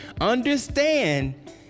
understand